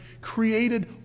created